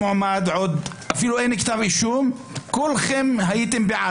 מעמיק ורציני ויעלו כל השיקולים ולא דיון פופוליסטי בלי טיוטות,